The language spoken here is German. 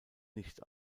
nicht